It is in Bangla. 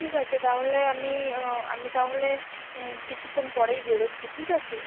ঠিক আছে তাহলে আমি আমি তাহলে কিছুক্ষণ পরেই বেরোচ্ছি ঠিক আছে